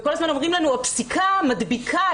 וכל הזמן אומרים: הפסיקה מדביקה.